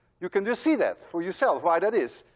you can just see that for yourself why that is.